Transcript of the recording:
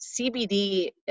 cbd